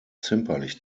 zimperlich